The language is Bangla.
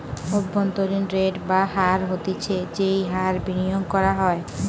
অভ্যন্তরীন রেট বা হার হতিছে যেই হার বিনিয়োগ করা হয়